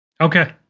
Okay